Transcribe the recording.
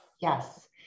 Yes